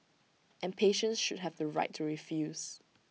and patients should have the right to refuse